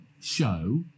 show